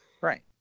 Right